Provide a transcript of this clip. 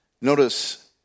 Notice